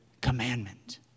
commandment